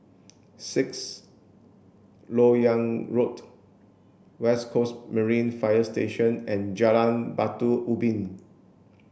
Sixth Lok Yang Road West Coast Marine Fire Station and Jalan Batu Ubin